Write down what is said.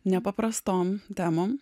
ne paprastom temom